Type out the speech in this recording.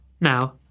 Now